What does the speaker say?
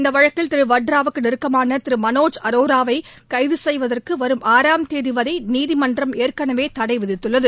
இந்த வழக்கில் திரு வத்ராவுக்கு நெருக்கமான திரு மனோஜ் அரோராவை கைது செய்வதற்கு வரும் ஆறாம் தேதி வரை நீதிமன்றம் ஏற்கனவே தடை விதித்துள்ளது